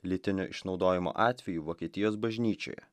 lytinio išnaudojimo atvejų vokietijos bažnyčioje